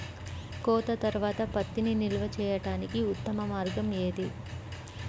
కోత తర్వాత పత్తిని నిల్వ చేయడానికి ఉత్తమ మార్గం ఏది?